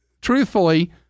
truthfully